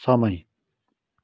समय